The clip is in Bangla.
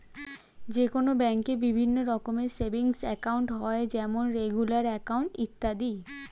যে কোনো ব্যাঙ্কে বিভিন্ন রকমের সেভিংস একাউন্ট হয় যেমন রেগুলার অ্যাকাউন্ট, ইত্যাদি